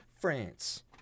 France